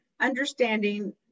understanding